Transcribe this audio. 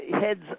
heads